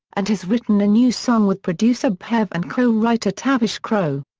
and has written a new song with producer bharv and co-writer tavish crowe.